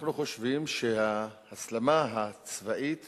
אנחנו חושבים שההסלמה הצבאית